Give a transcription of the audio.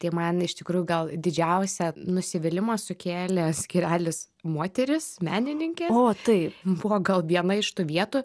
tai man iš tikrųjų gal didžiausią nusivylimą sukėlė skyrelis moteris menininkė buvo gal viena iš tų vietų